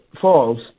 falls